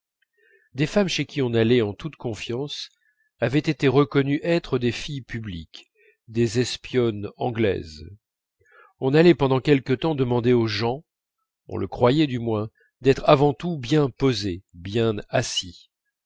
des femmes chez qui on allait en toute confiance avaient été reconnues être des filles publiques des espionnes anglaises on allait pendant quelque temps demander aux gens on le croyait du moins d'être avant tout bien posés bien assis